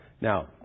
Now